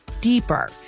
deeper